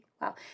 Wow